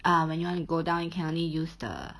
ah when you want to go down you can only use the